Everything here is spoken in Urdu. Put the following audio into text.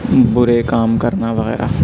برے کام کرنا وغیرہ